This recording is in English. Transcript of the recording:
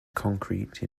concrete